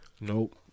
Nope